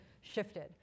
shifted